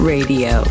Radio